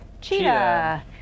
Cheetah